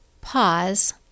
Pause